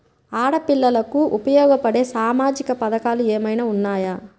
ఆడపిల్లలకు ఉపయోగపడే సామాజిక పథకాలు ఏమైనా ఉన్నాయా?